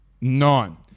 None